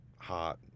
hot